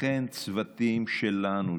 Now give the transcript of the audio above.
לכן צוותים שלנו,